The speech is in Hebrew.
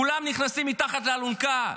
כולם נכנסים מתחת לאלונקה.